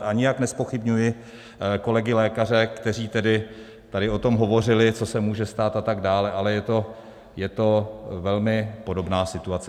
A nijak nezpochybňuji kolegy lékaře, kteří tady hovořili, co se může stát atd., ale je to velmi podobná situace.